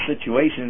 situations